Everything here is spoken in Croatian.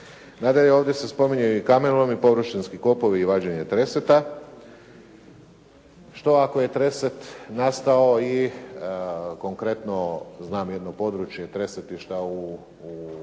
Nadalje, ovdje se spominju i kamenolomi, površinski kopovi i vađenje treseta. Što ako je treset nastao i konkretno znam jedno područje treset i šta u